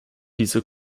dieser